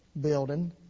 building